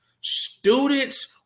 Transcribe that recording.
Students